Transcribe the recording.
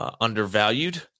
undervalued